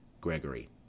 Gregory